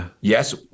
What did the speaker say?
yes